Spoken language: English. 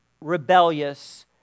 rebellious